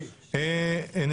הוועדה תצא להפסקה.